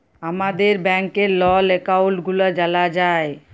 আমাদের ব্যাংকের লল একাউল্ট গুলা জালা যায়